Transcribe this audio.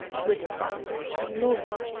with fun and noise,